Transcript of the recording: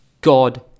God